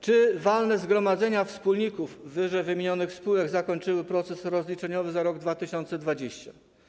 Czy walne zgromadzenia wspólników ww. spółek zakończyły proces rozliczeniowy za rok 2020?